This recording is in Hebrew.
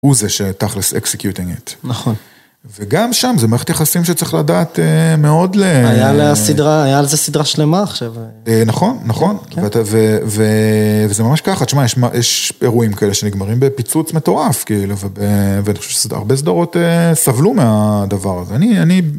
הוא זה שתכל'ס אקסיקיוטינג את, נכון, וגם שם זה מערכת יחסים שצריך לדעת מאוד הא... היה לזה סדרה, היה לזה סדרה שלמה עכשיו, נכון, נכון, וזה ממש ככה, תשמע יש אירועים כאלה שנגמרים בפיצוץ מטורף כאילו ואני חושב שהרבה סדרות סבלו מהדבר הזה